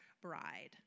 bride